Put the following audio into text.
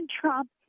Trump